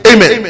Amen